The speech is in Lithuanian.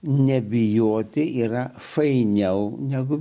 nebijoti yra fainiau negu